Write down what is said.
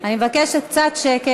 חברים, אני מבקשת קצת שקט.